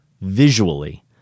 visually